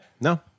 No